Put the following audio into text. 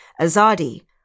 Azadi